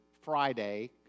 Friday